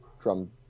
drum